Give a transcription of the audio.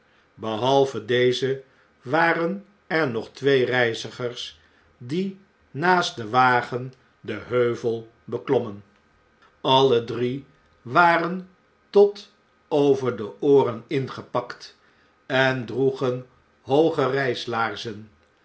behalve deze waren er nog twee reizigers die naast den wagen den heuvel beklommen alle drie waren tot over de ooren ingepakten droegen hooge reislaarzen